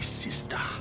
sister